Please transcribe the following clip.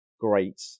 great